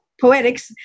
poetics